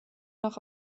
nach